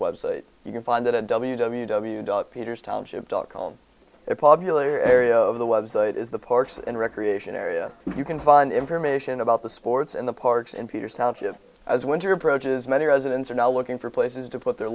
website you can find it at w w w dot peters township dot com a popular area of the website is the parks and recreation area you can find information about the sports and the parks in peter south as winter approaches many residents are now looking for places to put their